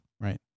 Right